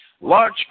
large